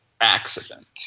accident